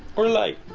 or light.